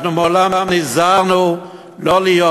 אנחנו מעולם נזהרנו לא להיות.